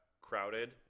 crowded